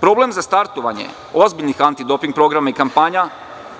Problem za startovanje ozbiljnih doping programa i kampanja